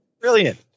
Brilliant